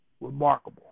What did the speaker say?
Remarkable